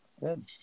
Good